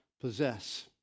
possess